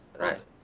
Right